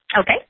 Okay